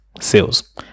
sales